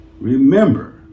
Remember